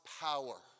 power